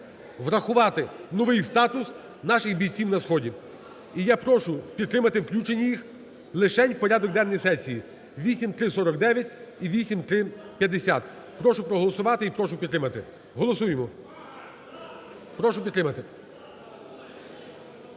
врахувати новий статус наших бійців на сході. І я прошу підтримати включення їх, лишень в порядок денний сесії: 8349 і 8350. Прошу проголосувати і прошу підтримати. Голосуємо. Прошу підтримати.